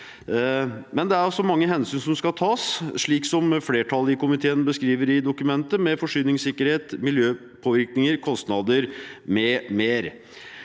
men det er mange hensyn som skal tas, slik flertallet i komiteen beskriver i dokumentet, som forsyningssikkerhet, miljøpåvirkninger, kostnader m.m.